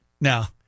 Now